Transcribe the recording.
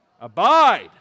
Abide